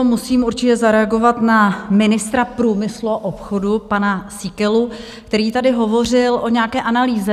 Musím určitě zareagovat na ministra průmyslu a obchodu pana Síkelu, který tady hovořil o nějaké analýze.